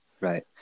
Right